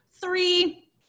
three